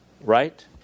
Right